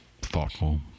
thoughtful